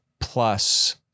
plus